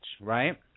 right